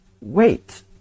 Wait